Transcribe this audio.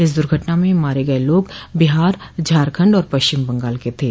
इस दुर्घटना में मारे गए लोग बिहार झारखंड और पश्चिम बंगाल के थे